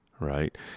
right